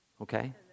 Okay